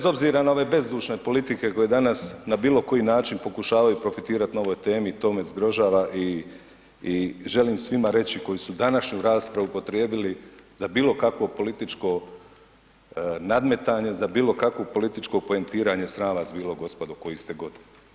I to bez obzira na ove bezdušne politike koje danas na bilokoji način pokušavaju profitirati na ovoj temi i to me zgrožava i želim svima reći koji su današnju raspravu upotrijebili za bilokakvo političko nadmetanje, za bilokakvu političko poentiranje, sram vas bilo gospodo koji ste god.